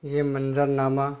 یہ منظر نامہ